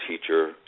teacher